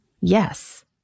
yes